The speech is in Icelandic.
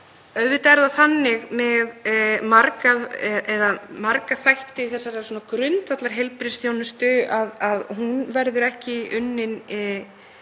Auðvitað er það þannig með marga þætti þessarar grundvallarheilbrigðisþjónustu að þeir verða ekki unnir í